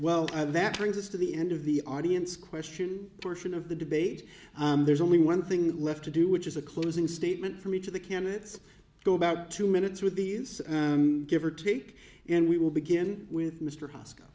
well that brings us to the end of the audience question for some of the debate there's only one thing left to do which is a closing statement from each of the candidates to about two minutes with these give or take and we will begin with mr cos